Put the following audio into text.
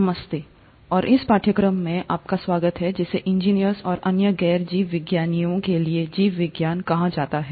नमस्ते और इस पाठ्यक्रम में आपका स्वागत है जिसे इंजीनियर्स और अन्य गैर जीवविज्ञानियों के लिए जीव विज्ञान कहा जाता है